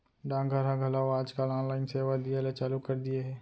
डाक घर ह घलौ आज काल ऑनलाइन सेवा दिये ल चालू कर दिये हे